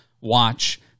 watch